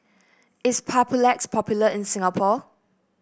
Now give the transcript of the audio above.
is Papulex popular in Singapore